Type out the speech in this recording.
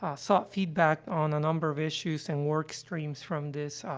ah sought feedback on a number of issues and workstreams from this,